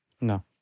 No